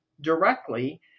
directly